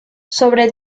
sobre